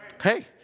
Hey